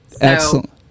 Excellent